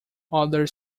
other